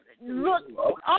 look